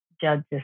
judges